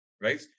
right